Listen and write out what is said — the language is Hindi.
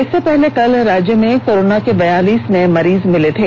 इससे पहले कल राज्य में कोरोना के बयालीस नए मरीज मिले थे